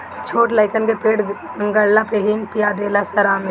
छोट लइकन के पेट गड़ला पे हिंग पिया देला से आराम मिलेला